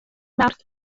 mawrth